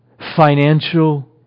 financial